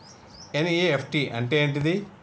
NEFT అంటే ఏంటిది?